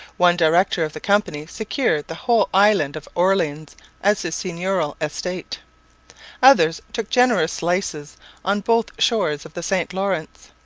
one director of the company secured the whole island of orleans as his seigneurial estate others took generous slices on both shores of the st lawrence.